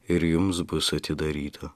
ir jums bus atidaryta